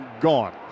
gone